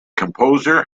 composer